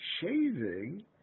shaving